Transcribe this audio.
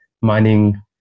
mining